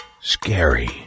scary